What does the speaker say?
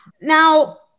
Now